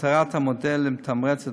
מטרת המודל היא לתמרץ את